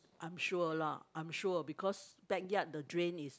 I am sure lah I am sure because backyard the drain is